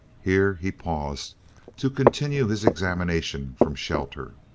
here he paused to continue his examination from shelter.